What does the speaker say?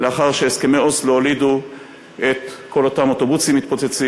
לאחר שהסכמי אוסלו הולידו את כל אותם אוטובוסים מתפוצצים,